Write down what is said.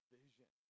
vision